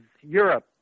Europe